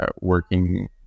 working